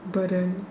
burden